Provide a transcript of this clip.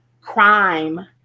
crime